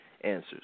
answers